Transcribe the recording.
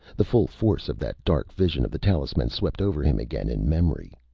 the full force of that dark vision of the talisman swept over him again in memory.